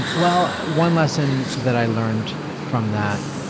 and well, one lesson that i learned from that,